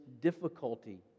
difficulty